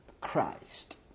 Christ